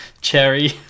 Cherry